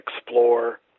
explore